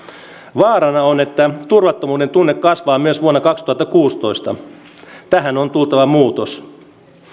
vaarana on että turvattomuuden tunne kasvaa myös vuonna kaksituhattakuusitoista tähän on tultava muutos